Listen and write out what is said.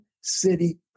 city